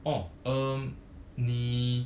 oh um 你